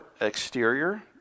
exterior